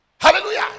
Hallelujah